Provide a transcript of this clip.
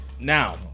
Now